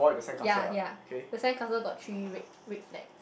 ya ya the sandcastle got three red red flag